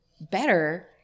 better